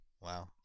Wow